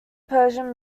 persian